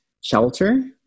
shelter